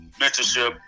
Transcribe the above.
mentorship